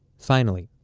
finally,